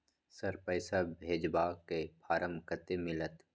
Sir, पैसा भेजबाक form कत्ते मिलत?